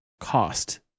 cost